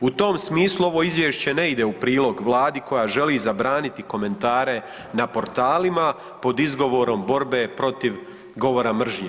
U tom smislu ovo izvješće ne ide u prilog Vladi koja želi zabraniti komentare na portalima pod izgovorom borbe protiv govora mržnje.